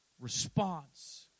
response